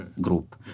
group